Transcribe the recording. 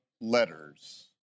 letters